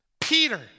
Peter